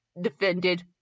defended